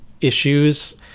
issues